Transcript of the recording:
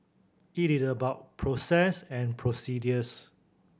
it is about process and